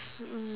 mm